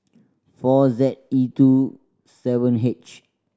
four Z E two seven H